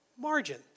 Margin